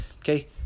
Okay